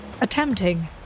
attempting